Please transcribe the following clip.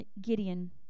Gideon